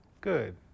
Good